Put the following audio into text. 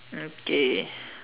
okay